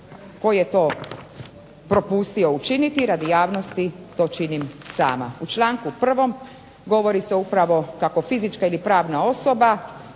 tko je to propustio učiniti radi javnosti to činim sama. U članku 1. govori se upravo kako fizička ili pravna osoba